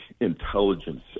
intelligence